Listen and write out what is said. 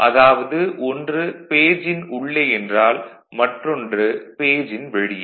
அதாவது ஒன்று பேஜின் உள்ளே என்றால் மற்றொன்று பேஜின் வெளியே